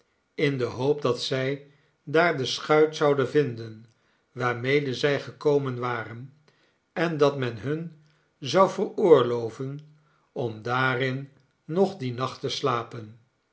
in de hoop dat zij daar de schuit zouden vinden waarmede zij gekomen waren en dat men hun zou veroorloven om daarin nog dien nacht te slapen